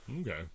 okay